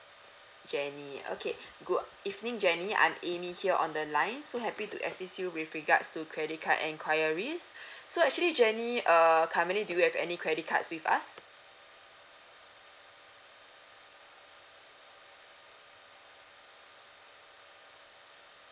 jenny okay good a~ evening jenny I'm amy here on the line so happy to assist you with regards to credit card enquiries so actually jenny err currently do you have any credit cards with us